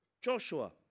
Joshua